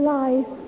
life